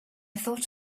thought